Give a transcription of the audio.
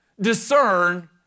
discern